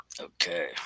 Okay